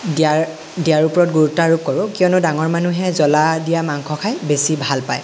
দিয়াৰ দিয়াৰ ওপৰত গুৰুত্ব আৰোপ কৰোঁ কিয়নো ডাঙৰ মানুহে জলা দিয়া মাংস খাই বেছি ভাল পায়